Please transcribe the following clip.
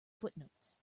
footnotes